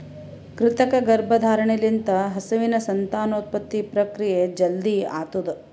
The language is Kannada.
ಕೃತಕ ಗರ್ಭಧಾರಣೆ ಲಿಂತ ಹಸುವಿನ ಸಂತಾನೋತ್ಪತ್ತಿ ಪ್ರಕ್ರಿಯೆ ಜಲ್ದಿ ಆತುದ್